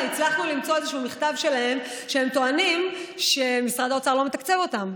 הצלחנו למצוא איזשהו מכתב שלהם שהם טוענים שמשרד האוצר לא מתקצב אותם,